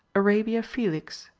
arabia felix,